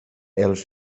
els